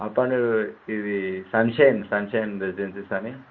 apartment ఇది sunshine sunshine residencies అని